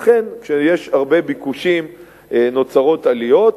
לכן כשיש הרבה ביקושים נוצרות עליות.